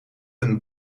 een